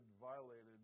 violated